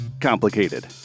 complicated